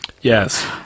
Yes